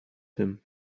him